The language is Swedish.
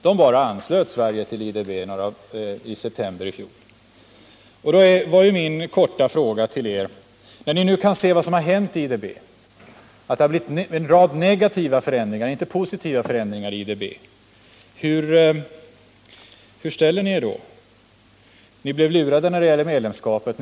Den bara anslöt Sverige till IDB i september i fjol. Min korta fråga till er var: När ni nu kan se vad som har hänt i IDB — att där har blivit en rad negativa förändringar, inte positiva — hur ställer ni er då? Ni blev lurade när det gällde medlemskapet.